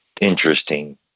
interesting